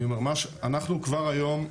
כבר היום,